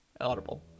Audible